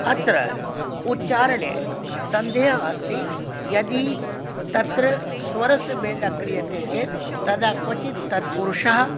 अत्र उच्चारणे सन्देहः अस्ति यदि तत्र स्वरस्य भेदः क्रियते चेत् तदा क्वचित् तत्पुरुषः